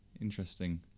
interesting